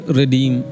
redeem